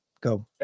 Go